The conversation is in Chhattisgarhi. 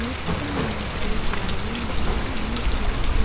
मुख्यमंतरी गरामीन भूमिहीन कृषि